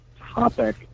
topic